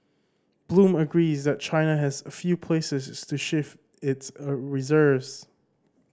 Bloom agrees that China has few places to shift its a reserves